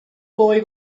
boy